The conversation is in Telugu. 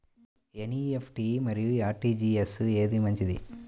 ఎన్.ఈ.ఎఫ్.టీ మరియు అర్.టీ.జీ.ఎస్ ఏది మంచిది?